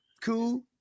cool